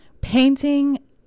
painting